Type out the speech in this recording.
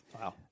Wow